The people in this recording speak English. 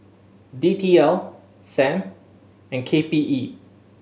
D T L Sam and K P E